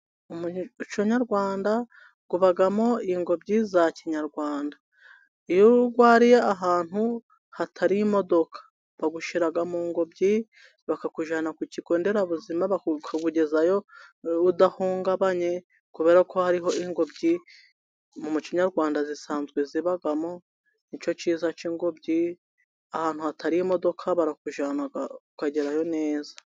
Umuco nyarwanda habamo ingobyi za kinyarwanda, iyo urwariye ahantu hatari imodoka bagushira mu ngobyi bakakujyana ku kigo nderabuzima bakakugezayo udahungabanye, kubera ko hariho ingobyi mu muco nyarwanda zisanzwe zibamo nicyo kiza k'ingobyi, ahantu hatari imodoka barakujyana ukagerayo neza.